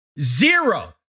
Zero